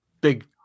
Big